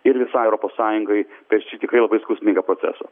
ir visai europos sąjungai per čia tikrai labai skausmingą procesą